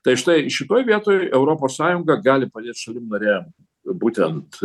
tai štai šitoj vietoj europos sąjunga gali padėt šalim narėm būtent